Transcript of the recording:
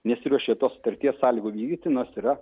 nesiruošia tos sutarties sąlygų vykdyti nors yra